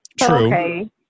True